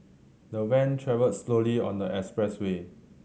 the van travelled slowly on the expressway